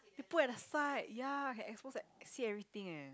you put at the side ya can expose and see everything eh